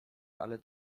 ale